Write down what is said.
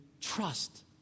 trust